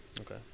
Okay